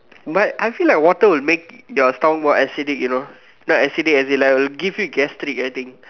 but I feel like water will make your stomach more acidic you know not acidic as in like it will give you gastric I think